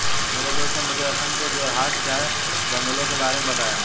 मेरे दोस्त ने मुझे असम में जोरहाट चाय बंगलों के बारे में बताया